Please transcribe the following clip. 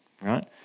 right